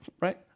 Right